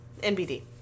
NBD